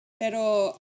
Pero